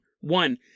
One